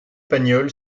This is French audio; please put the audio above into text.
pagnol